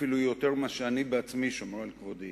אפילו יותר ממה שאני עצמי שומר על כבודי,